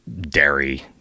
dairy